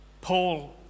Paul